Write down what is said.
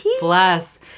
Bless